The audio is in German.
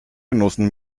genossen